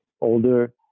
older